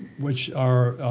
which are,